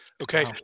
okay